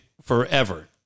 forever